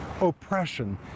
Oppression